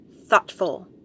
thoughtful